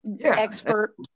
expert